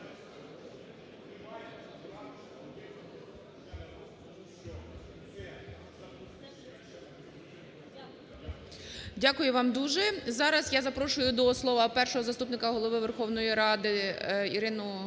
Дякую вам дуже. Зараз я запрошую до слова Першого заступника Голови Верховної Ради Ірину Геращенко